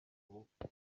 ubukwe